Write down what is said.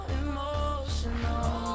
emotional